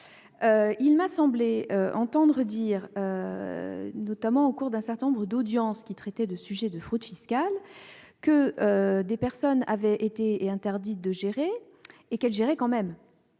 Il m'a semblé entendre dire, notamment au cours d'un certain nombre d'audiences qui traitaient de fraude fiscale, que des personnes, bien qu'elles aient été interdites de gestion, géraient quand même